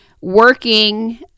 working